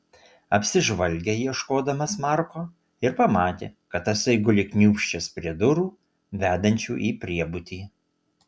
apsižvalgė ieškodamas marko ir pamatė kad tasai guli kniūbsčias prie durų vedančių į priebutį